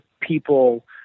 people